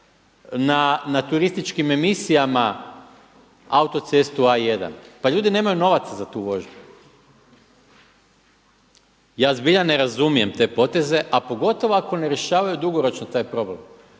na turističkim emisijama autocestu A1, pa ljudi nemaju novaca za tu vožnju. Ja zbilja ne razumijem te poteze a pogotovo ako ne rješavaju dugoročno taj problem.